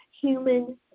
human